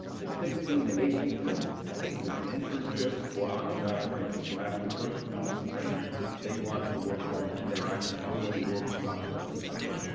the sixteen to eighteen year olds have either an internship or on the job training. so after the first two weeks of training they go out to the work site, and they are actually doing work throughout the rest of the summer.